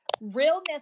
realness